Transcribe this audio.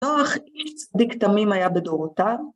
נוח איש צדיק תמים היה בדורותיו.